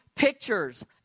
Pictures